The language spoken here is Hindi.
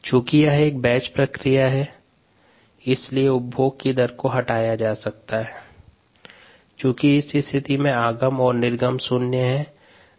चूंकि यह एक बैच प्रक्रिया है इसलिए उपभोग की दर को हटाया जा सकता है क्योंकि इस स्थिति में आगम और निर्गम शून्य हैं